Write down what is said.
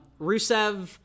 Rusev